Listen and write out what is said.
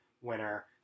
winner